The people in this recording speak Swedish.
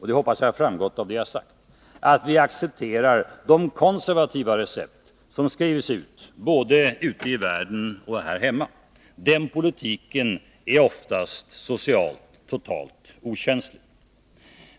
och det hoppas jag framgår av det jag har sagt, att vi accepterar de konservativa recept som skrivs ut både ute i världen och här hemma. Den politiken är oftast socialt totalt okänslig.